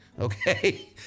okay